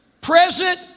present